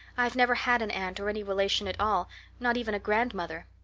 i've never had an aunt or any relation at all not even a grandmother.